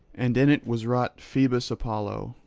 and in it was wrought phoebus apollo,